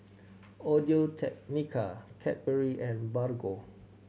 Audio Technica Cadbury and Bargo